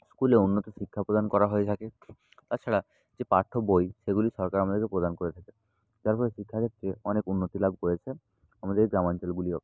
স্কুলে উন্নত শিক্ষা প্রদান করা হয়ে থাকে তাছাড়া যে পাঠ্যবই সেগুলি সরকার আমাদেরকে প্রদান করে থাকে যার ফলে শিক্ষাক্ষেত্রে অনেক উন্নতি লাভ করেছে আমাদের গ্রামাঞ্চলগুলিও